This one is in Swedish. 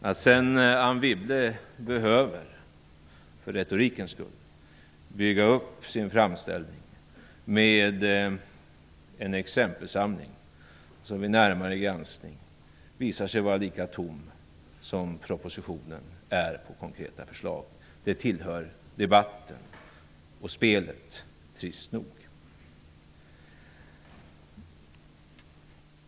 Att sedan Anne Wibble för retorikens skull behöver bygga upp sin framställning med en exempelsamling som vid närmare granskning visar sig vara lika tom som propositionen är på konkreta förslag tillhör debatten och spelet, trist nog.